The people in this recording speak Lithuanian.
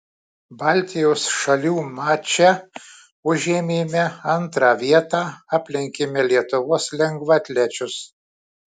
baltijos šalių mače užėmėme antrą vietą aplenkėme lietuvos lengvaatlečius